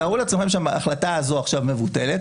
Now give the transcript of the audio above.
תארו לעצמכם שההחלטה הזאת עכשיו מבוטלת,